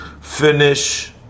finish